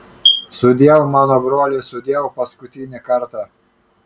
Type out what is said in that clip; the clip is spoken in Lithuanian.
sudieu mano broli sudieu paskutinį kartą